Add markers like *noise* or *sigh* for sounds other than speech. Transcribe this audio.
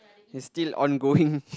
he still ongoing *laughs*